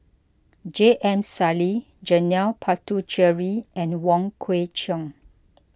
J M Sali Janil Puthucheary and Wong Kwei Cheong